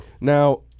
Now